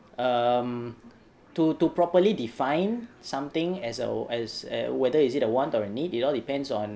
um to to properly define something as a as whether is it a want or need it all depends on